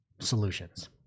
solutions